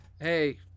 Hey